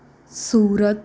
Surat